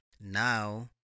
Now